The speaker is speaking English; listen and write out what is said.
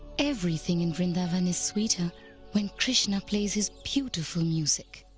everything in vrindavan is sweeter when krishna plays his beautiful music.